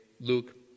Luke